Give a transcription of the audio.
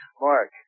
Mark